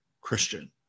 Christian